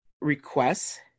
requests